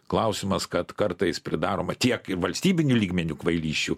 klausimas kad kartais pridaroma tiek ir valstybiniu lygmeniu kvailysčių